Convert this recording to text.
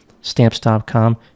Stamps.com